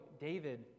David